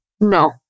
no